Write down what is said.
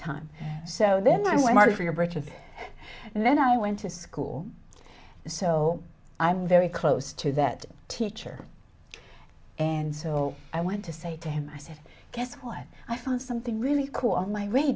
time so then i want more for your britches and then i went to school so i'm very close to that teacher and so i went to say to him i said guess what i found something really cool on my